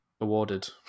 Awarded